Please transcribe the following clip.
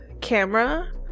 camera